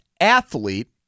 athlete